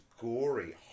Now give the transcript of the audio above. gory